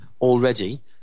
already